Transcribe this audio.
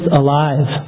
alive